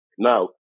Now